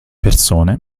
persone